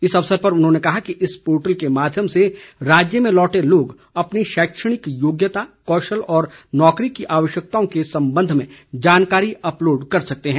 इस अवसर पर उन्होंने कहा कि इस पोर्टल के माध्यम से राज्य में लौटे लोग अपनी शैक्षिक योग्यता कौशल और नौकरी की आवश्यकताओं के संबंध में जानकारी अपलोड कर सकते हैं